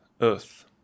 earth